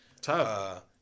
tough